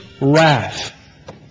wrath